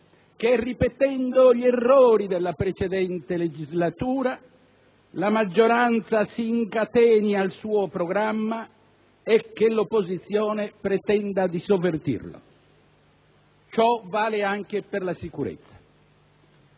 che, ripetendo gli errori della precedente legislatura, la maggioranza si incateni al suo programma e che l'opposizione pretenda di sovvertirlo. Ciò vale anche per la sicurezza.